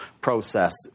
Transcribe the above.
process